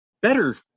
better